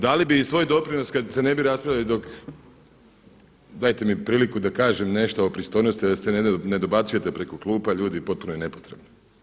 Dali bi i svoj doprinos kad se ne bi raspravljali dok, dajte mi priliku da kažem nešto o pristojnosti, da se ne dobacujete preko klupa ljudi potpuno je nepotrebno.